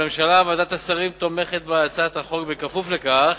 הממשלה, ועדת השרים, תומכת בהצעת החוק בכפוף לכך